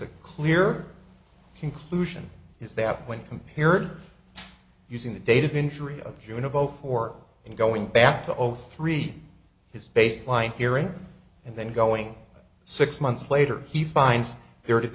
a clear conclusion is that when compared using the dated injury of june of zero four and going back to over three his baseline hearing and then going six months later he finds there